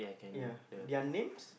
ya their names